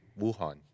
Wuhan